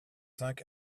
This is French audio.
cinq